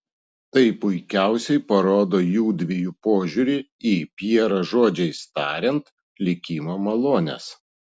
tai puikiausiai parodo jųdviejų požiūrį į pjero žodžiais tariant likimo malones